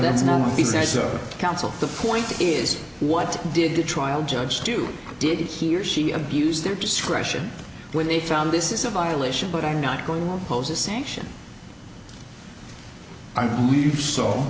of counsel the point is what did the trial judge do did he or she abused their discretion when they found this is a violation but i'm not going to pose a sanction i believe so